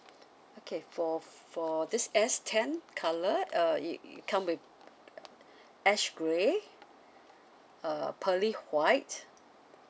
okay for for this S ten colour uh it it come with ash grey uh pearly white